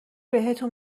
بهتون